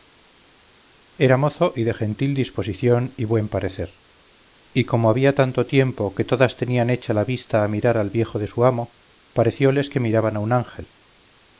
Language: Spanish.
mozo y de gentil disposición y buen parecer y como había tanto tiempo que todas tenían hecha la vista a mirar al viejo de su amo parecióles que miraban a un ángel